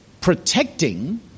protecting